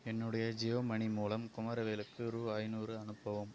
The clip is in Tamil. என்னுடைய ஜியோ மனி மூலம் குமரவேலுக்கு ரூ ஐந்நூறு அனுப்பவும்